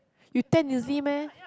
you tan easily meh